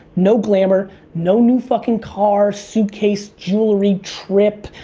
no glamour, no new fucking car, suitcase, jewelry, trip,